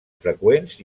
freqüents